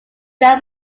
ran